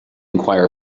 enquire